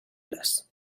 les